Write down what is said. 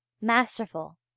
masterful